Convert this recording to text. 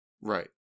Right